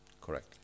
Correct